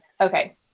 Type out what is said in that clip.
Okay